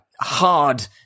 hard